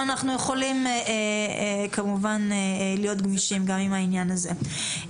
אנחנו יכולים כמובן להיות גמישים גם עם העניין הזה.